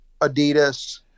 adidas